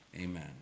Amen